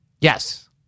Yes